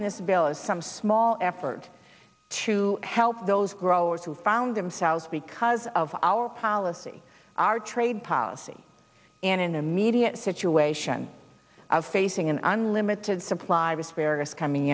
in this bill is some small effort to help those growers who found themselves because as of our policy our trade policy in an immediate situation of facing an unlimited supply was scarce coming